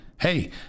hey